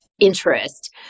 interest